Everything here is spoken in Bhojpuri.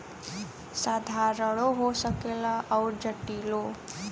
साधारणो हो सकेला अउर जटिलो